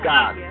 God